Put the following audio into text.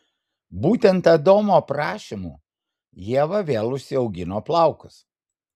būtent adomo prašymu ieva vėl užsiaugino plaukus